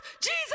Jesus